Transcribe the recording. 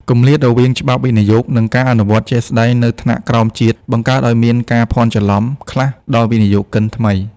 គម្លាតរវាងច្បាប់វិនិយោគ និងការអនុវត្តជាក់ស្ដែងនៅថ្នាក់ក្រោមជាតិ បង្កើតឱ្យមានការភាន់ច្រឡំខ្លះដល់វិនិយោគិនថ្មី។